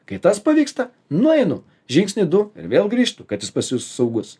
kai tas pavyksta nueinu žingsnį du vėl ir grįžtu kad jis pasijustų saugus